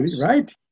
right